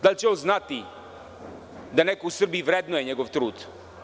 Da li će on znati da neko u Srbiji vrednuje njegov trud?